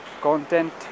content